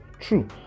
True